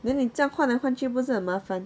then 你这样换来换去不是很麻烦